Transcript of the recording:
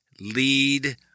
lead